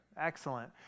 Excellent